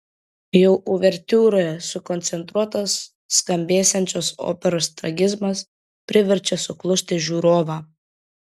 jau uvertiūroje sukoncentruotas skambėsiančios operos tragizmas priverčia suklusti žiūrovą